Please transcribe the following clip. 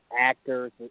actors